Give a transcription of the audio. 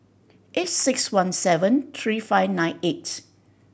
eight six one seven three five nine eight